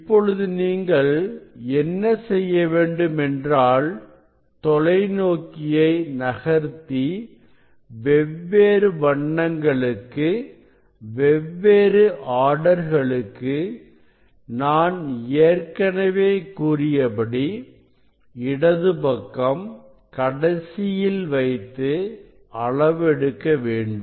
இப்பொழுது நீங்கள் என்ன செய்ய வேண்டும் என்றால் தொலைநோக்கியை நகர்த்தி வெவ்வேறு வண்ணங்களுக்கு வெவ்வேறு ஆர்டர்களுக்கு நான் ஏற்கனவே கூறியபடி இடது பக்கம் கடைசியில் வைத்து அளவு எடுக்க வேண்டும்